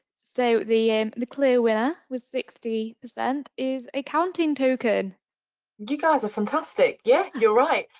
so the the clear winner with sixty percent is a counting token. you guys are fantastic. yeah, you're right.